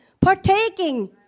partaking